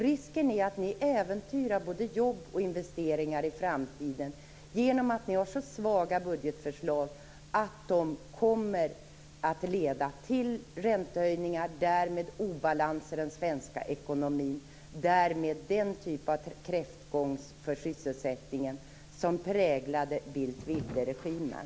Risken är att ni äventyrar både jobb och investeringar i framtiden genom att ni har så svaga budgetförslag att de kommer att leda till räntehöjningar och därmed obalans i den svenska ekonomin och den typ av kräftgång för sysselsättningen som präglade Bildt-Wibble-regimen.